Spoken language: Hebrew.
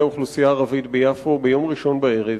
האוכלוסייה הערבית ביפו ביום ראשון בערב.